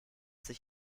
sich